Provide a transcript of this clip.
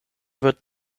wird